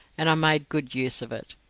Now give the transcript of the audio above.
and i made good use of it.